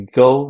go